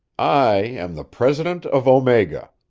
i am the president of omega.